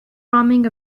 bombing